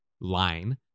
line